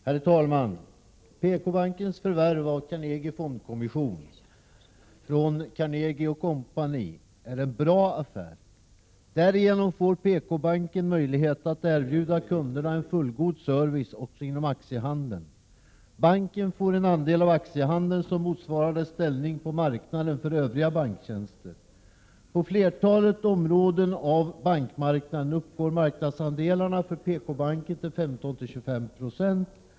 Herr talman! PKbankens förvärv av Carnegie Fondkommission från D. Carnegie & Co AB är en bra affär. Därigenom får PKbanken möjlighet att erbjuda kunderna en fullgod service också inom aktiehandeln. Banken får en andel av aktiehandeln som motsvarar dess ställning på marknaden för övriga banktjänster. På flertalet områden av bankmarknaden uppgår marknadsandelarna för PKbanken till 15-25 96.